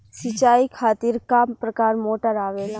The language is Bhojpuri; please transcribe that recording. सिचाई खातीर क प्रकार मोटर आवेला?